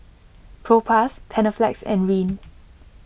Propass Panaflex and Rene